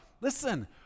Listen